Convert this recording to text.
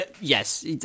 yes